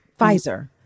Pfizer